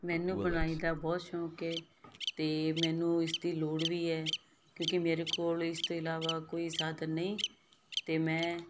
ਮੈਨੂੰ ਬੁਣਾਈ ਤਾਂ ਬਹੁਤ ਸ਼ੌਂਕ ਹੈ ਅਤੇ ਮੈਨੂੰ ਇਸ ਦੀ ਲੋੜ ਵੀ ਹੈ ਕਿਉਂਕਿ ਮੇਰੇ ਕੋਲ ਇਸ ਤੋਂ ਇਲਾਵਾ ਕੋਈ ਸਾਧਨ ਨਹੀਂ ਅਤੇ ਮੈਂ